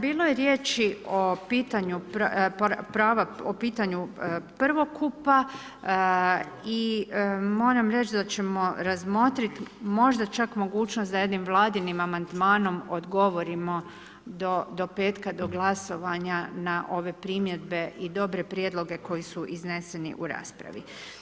Bilo je riječi o pitanju prava, o pitanju prvokupa i moram reći da ćemo razmotriti možda čak mogućnosti da jednim vladinim amandmanom odgovorimo do petka do glasovanja na ove primjedbe i dobre prijedloge koji su izneseni u raspravi.